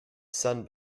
sun